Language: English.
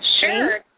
Sure